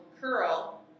curl